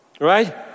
Right